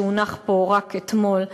שהונח פה רק אתמול.